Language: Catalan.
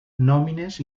nòmines